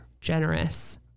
generous